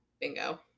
Bingo